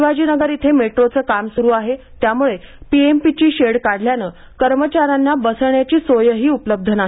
शिवाजीनगर इथे मेट्रोचं काम सुरू आहे त्यामुळे पीएमपीची शेड काढल्यानं कर्मचाऱ्यांना बसण्याची सोय उपलब्ध नाही